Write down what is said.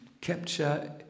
capture